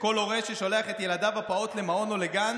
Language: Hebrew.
לכל הורה ששולח את ילדו הפעוט למעון או לגן